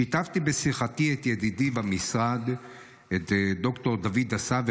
שיתפתי בשיחתי את ידידי במשרד ד"ר דוד אסף,